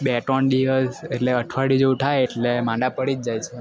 ડેટન ડીઅલ્સ એટલે અઠવાડિયા જેવું થાય એટલે માંદા તો પડી જ જાય છે એમ